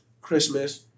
Christmas